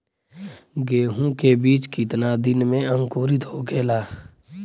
गेहूँ के बिज कितना दिन में अंकुरित होखेला?